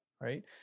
right